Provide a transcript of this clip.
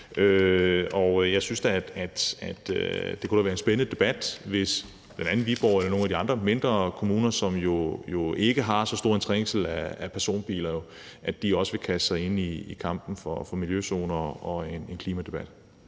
men jeg synes da, at det kunne være en spændende debat, hvis bl.a. Viborg eller nogle af de andre mindre kommuner, som jo ikke har så stor en trængsel af personbiler, også ville kaste sig ind i kampen for at få miljøzoner og en klimadebat.